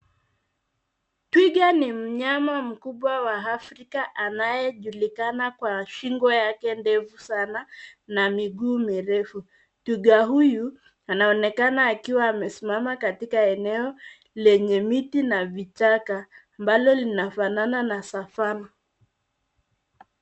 Twiga ni mnyama mkubwa wa Afrika anayejulikana Kwa shingo yake ndefu Sana na miguu mirefu. Twiga huyu anaonekana akiwa amesimama katika eneo lenye miti na vichaka ambalo linafanana na savannah .